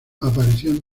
aparición